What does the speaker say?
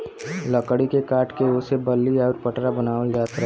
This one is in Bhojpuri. लकड़ी के काट के ओसे बल्ली आउर पटरा बनावल जात रहल